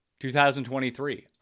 2023